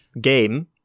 game